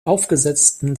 aufgesetzten